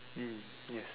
mm ya